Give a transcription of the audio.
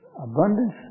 abundance